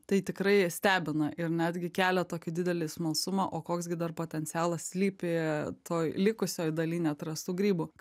tai tikrai stebina ir netgi kelia tokį didelį smalsumą o koks gi dar potencialas slypi toj likusioj daly neatrastų grybų